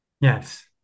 yes